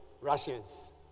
Russians